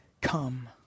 come